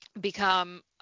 become